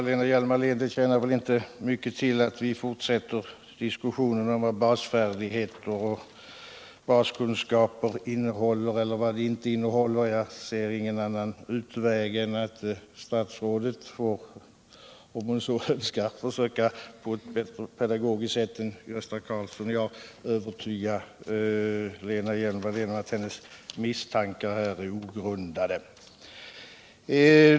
Herr talman! Det tjänar väl inte mycket till. Lena Hjelm-Wallén. att vi fortsätter diskussionen om vad basfärdigheter och baskunskaper innehåller och vad de inte innehåller. Jag ser ingen annan utväg än alt statsrådet, om hon så önskar, får försöka att pedagogiskt bättre än Gösta Karlsson och jug övertyga Lena Hjelm-Wallén om att hennes misstankar är ogrundade.